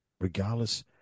regardless